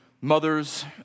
mothers